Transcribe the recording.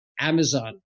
Amazon